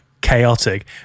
chaotic